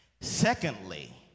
Secondly